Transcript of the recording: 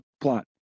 plot